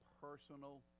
personal